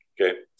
Okay